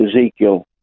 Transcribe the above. Ezekiel